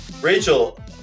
Rachel